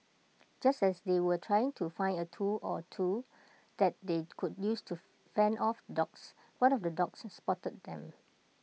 just as they were trying to find A tool or two that they could use to fend off the dogs one of the dogs spotted them